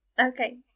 Okay